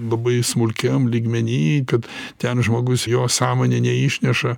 labai smulkiam lygmeny kad ten žmogus jo sąmonė neišneša